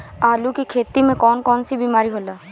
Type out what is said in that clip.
आलू की खेती में कौन कौन सी बीमारी होला?